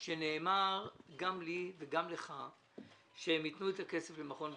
כשנאמר גם לי וגם לך שהם יתנו את הכסף למכון וולקני.